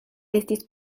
estis